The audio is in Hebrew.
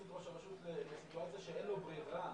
את ראש הרשות לסיטואציה שאין לו ברירה,